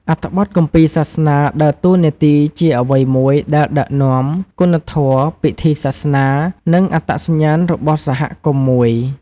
អត្ថបទគម្ពីរសាសនាដើរតួនាទីជាអ្វីមួយដែលដឹកនាំ គុណធម៌ ពិធីសាសនា និងអត្តសញ្ញាណរបស់សហគមន៍មួយ។